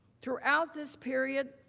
throughout this period,